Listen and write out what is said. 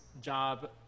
job